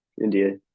India